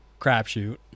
crapshoot